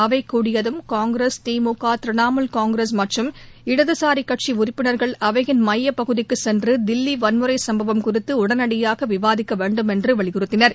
அவைகூடியதும் காங்கிரஸ் திமுக திரிணாமூல் காங்கிரஸ் மற்றும் இடதுசாரிகட்சிஉறுப்பினர்கள் மையப்பகுதிக்குசென்றுதில்லிவன்முறைசம்பவம் அவையின் குறித்துஉடனடியாகவிவாதிக்கவேண்டும் என்றுவலியுறுத்தினர்